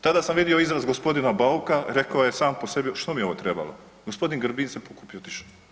Tada sam vidio izraz gospodina Bauka, rekao je sam po sebi što mi je ovo trebalo, gospodin Grbin se pokupio i otišao.